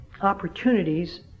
opportunities